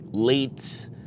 Late